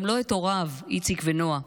גם לא את הוריו איציק ונועה.